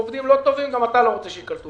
עובדים לא טובים גם אתה לא רוצה שייקלטו.